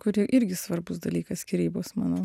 kuri irgi svarbus dalykas skyrybos mano